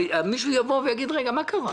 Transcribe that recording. הרי מישהו יבוא ויגיד: רגע, מה קרה?